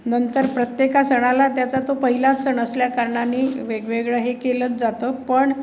नंतर प्रत्येक सणाला त्याचा तो पहिलाच सण असल्याकारणाने वेगवेगळं हे केलंच जातं पण